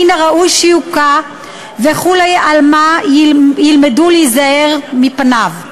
מן הראוי שיוקע וכולי עלמא ילמדו להיזהר מפניו.